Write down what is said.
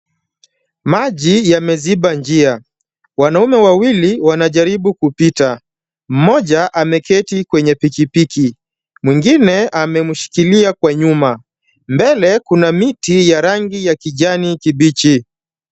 Maji yameziba njia, wanamume wawili wanajaribu kupita. Mmoja ameketi kwenye pikipiki, mwingine amemshikilia kwenye nyuma, mbele kuna miti ya rangi ya kijani kibichi.